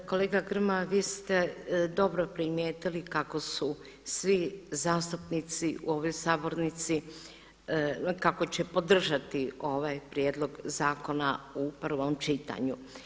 Pa kolega Grmoja vi ste dobro primijetili kako su svi zastupnici u ovoj sabornici, kako će podržati ovaj prijedlog zakona u prvom čitanju.